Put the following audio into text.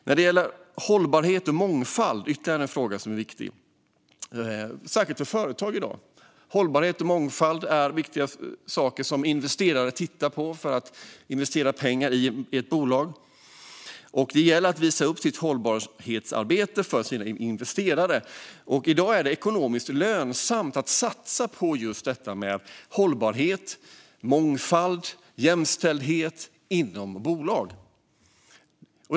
När det gäller hållbarhet och mångfald - ytterligare ett par viktiga frågor, särskilt för företag i dag - är det saker investerare tittar på. Det gäller att visa upp sitt hållbarhetsarbete för sina investerare. I dag är det ekonomiskt lönsamt för bolag att satsa på just hållbarhet, mångfald och jämställdhet.